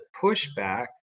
pushback